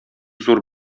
зур